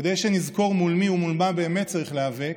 כדי שנזכור מול מי ומול מה באמת צריך להיאבק,